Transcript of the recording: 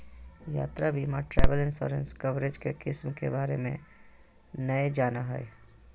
यात्रा बीमा travel insurance coverage के किस्म के बारे में नय जानय हइ